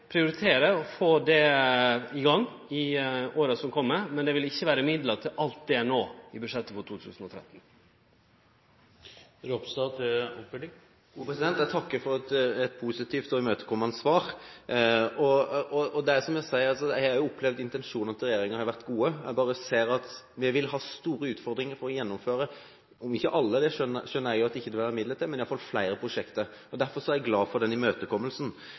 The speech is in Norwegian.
prioritere å få det i gang i åra som kjem, men det vil ikkje vere midlar til alt dette i budsjettet for 2013. Jeg takker for et positivt og imøtekommende svar. Det er som jeg sier, jeg har opplevd at intensjonene til regjeringen har vært gode, jeg ser bare at det vil være store utfordringer med å gjennomføre – om ikke alle, det skjønner jeg at det ikke er midler til – flere prosjekter. Derfor er jeg glad for imøtekommelsen.